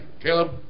Caleb